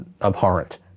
abhorrent